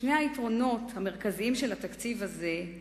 שני היתרונות המרכזיים של התקציב הזה,